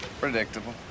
predictable